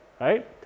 right